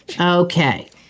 Okay